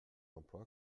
emploi